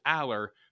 Aller